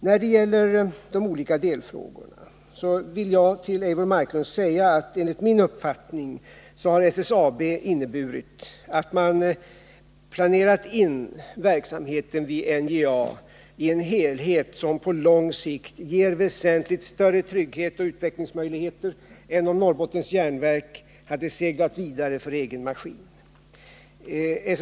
När det gäller de olika delfrågorna vill jag först till Eivor Marklund säga att enligt min uppfattning har bildandet av SSAB inneburit att man planerat in verksamheten vid NJA i en helhet, vilket på lång sikt ger väsentligt större trygghet och utvecklingsmöjligheter än om Norrbottens Järnverk seglat vidare för egen maskin.